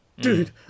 Dude